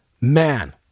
man